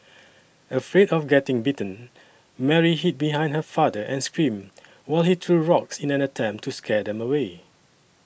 afraid of getting bitten Mary hid behind her father and screamed while he threw rocks in an attempt to scare them away